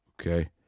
Okay